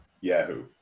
Yahoo